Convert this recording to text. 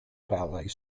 ballet